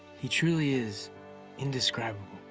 he truly is indescribable.